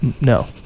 No